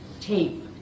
tape